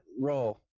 Roll